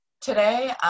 Today